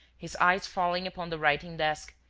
his eyes falling upon the writing-desk,